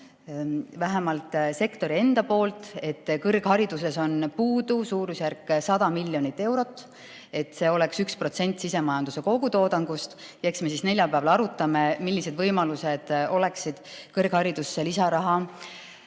vähemalt sektoris endas, et kõrghariduses on puudu suurusjärgus 100 miljonit eurot, see oleks 1% sisemajanduse kogutoodangust. Eks me siis neljapäeval arutame, millised võimalused oleksid kõrgharidusse lisaraha